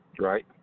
Right